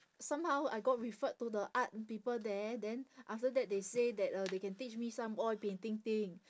somehow I got referred to the art people there then after that they say that uh they can teach me some oil painting thing